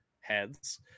heads